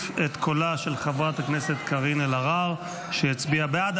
את קולה של חברת הכנסת קארין אלהרר, שהצביעה בעד.